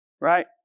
Right